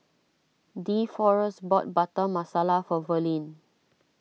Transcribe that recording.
Deforest bought Butter Masala for Verlin